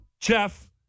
Jeff